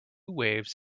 waves